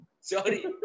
Sorry